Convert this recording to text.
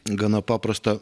gana paprasta